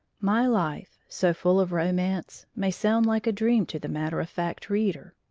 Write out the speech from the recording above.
my life, so full of romance, may sound like a dream to the matter-of-fact reader,